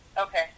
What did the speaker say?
Okay